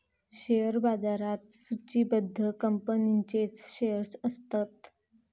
share बाजारात सुचिबद्ध कंपनींचेच शेअर्स असतत